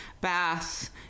bath